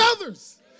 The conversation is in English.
others